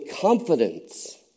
confidence